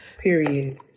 period